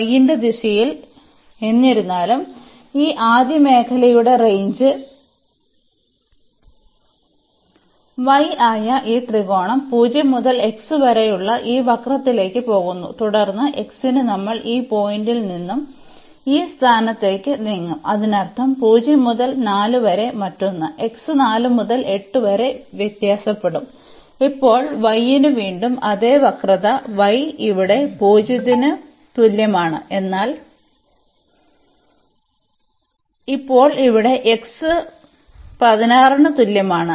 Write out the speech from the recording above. y ന്റെ ദിശയിൽ എന്നിരുന്നാലും ഈ ആദ്യ മേഖലയുടെ റേഞ്ച് y ആയ ഈ ത്രികോണം 0 മുതൽ x വരെയുള്ള ഈ വക്രത്തിലേക്ക് പോകുന്നു തുടർന്ന് x ന് നമ്മൾ ഈ പോയിന്റിൽ നിന്ന് ഈ സ്ഥാനത്തേക്ക് നീങ്ങും അതിനർത്ഥം 0 മുതൽ 4 വരെ മറ്റൊന്ന് x 4 മുതൽ 8 വരെ വ്യത്യാസപ്പെടും ഇപ്പോൾ y ന് വീണ്ടും അതേ വക്രത y ഇവിടെ 0 ന് തുല്യമാണ് എന്നാൽ ഇപ്പോൾ അവിടെ xy 16 ന് തുല്യമാണ്